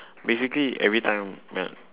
basically everytime ya